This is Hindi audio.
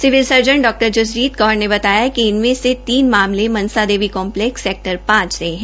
सिविल सर्जन डॉ जसजीत कौर ने बताया कि तीन मामले मनसा देवी कम्पलैक्स सेक्टर पांच से है